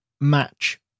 match